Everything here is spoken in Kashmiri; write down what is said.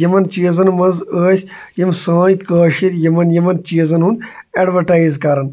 یِمن چیٖزَن منٛز ٲسۍ یِم سٲنۍ کٲشِر یِمن یِمن چیٖزَن ہُنٛد ایڈوَٹایز کران